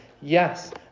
Yes